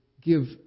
give